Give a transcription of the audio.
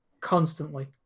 constantly